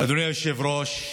אדוני היושב-ראש,